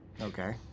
Okay